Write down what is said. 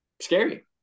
scary